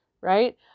Right